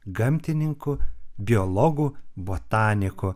gamtininku biologu botaniku